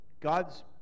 God's